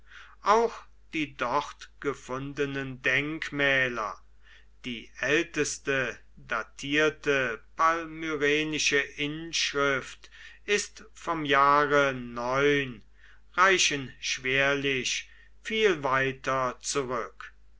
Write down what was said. auch die dort gefundenen denkmäler die älteste datierte palmyrenische inschrift ist vom jahre reichen schwerlich viel weiter zurück